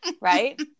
Right